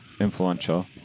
influential